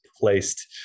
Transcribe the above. placed